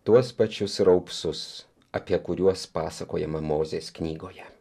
tuos pačius raupsus apie kuriuos pasakojama mozės knygoje